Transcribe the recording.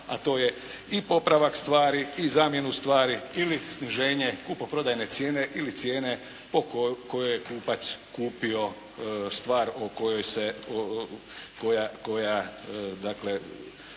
a to je i popravak stvari i zamjenu stvari ili sniženje kupoprodajne cijene ili cijene po kojoj je kupac kupio stvar koja ima te